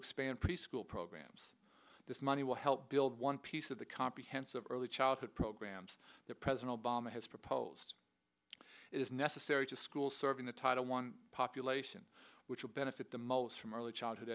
expand preschool programs this money will help build one piece of the comprehensive early childhood programs that president obama has proposed is necessary to school serving the title one population which will benefit the most from early childhood